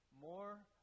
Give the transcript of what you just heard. more